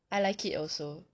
I like it also